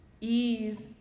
ease